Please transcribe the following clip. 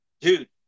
Dude